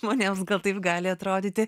žmonėms gal taip gali atrodyti